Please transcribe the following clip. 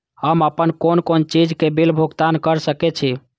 हम आपन कोन कोन चीज के बिल भुगतान कर सके छी?